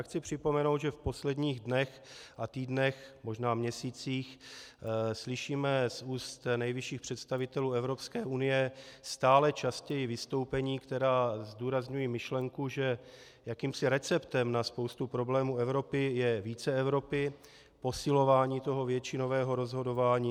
Chci připomenout, že v posledních dnech a týdnech, možná měsících, slyšíme z úst nejvyšších představitelů Evropské unie stále častěji vystoupení, která zdůrazňují myšlenku, že jakýmsi receptem na spoustu problémů Evropy je více Evropy, posilování většinového rozhodování.